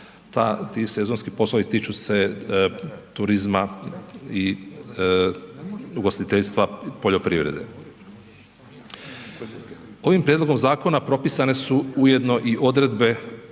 sezonski poslovi tiču se turizma, ugostiteljstva, poljoprivrede. Ovim prijedlogom zakona propisane su ujedno i odredbe